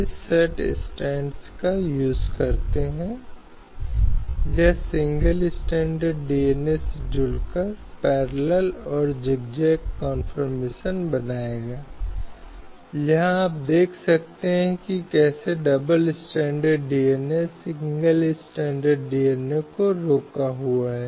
अब हमें महत्व को समझना होगा क्योंकि प्रत्येक व्यक्तिगत कानून या कई व्यक्तिगत कानूनों में कई प्रथाएं हैं कई प्रणालियां हैं जो अस्तित्व में हैं जो महिलाओं के लिए अपमानजनक हैं